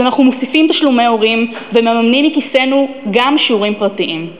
אז אנחנו מוסיפים תשלומי הורים ומממנים מכיסנו גם שיעורים פרטיים.